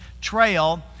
Trail